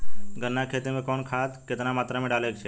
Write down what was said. गन्ना के खेती में कवन खाद केतना मात्रा में डाले के चाही?